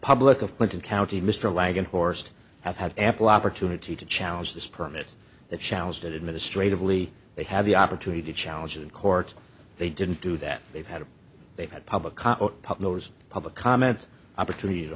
public of clinton county mr lag and horsed have had ample opportunity to challenge this permit that challenged it administratively they have the opportunity to challenge it in court they didn't do that they've had they've had public knows public comment opportunity to